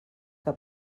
que